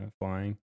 flying